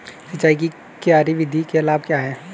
सिंचाई की क्यारी विधि के लाभ क्या हैं?